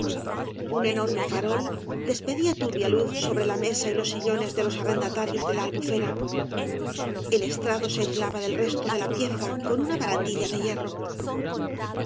uu enorme farol despedía turbia luz sobre la mesa y los sillones de los arrendatarios de la albufera el estrado se aislaba del resto de la pieza con una barandilla de hierro